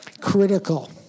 Critical